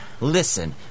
Listen